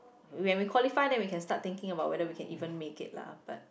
when we qualify then we can start thinking about whether we can even make it lah but